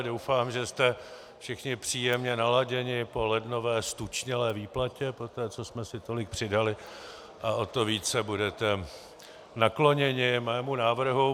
Doufám, že jste všichni příjemně naladěni po lednové ztučnělé výplatě, protože co jsme si tolik přidali, o to více budete nakloněni mému návrhu.